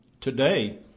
today